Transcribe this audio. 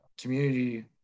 Community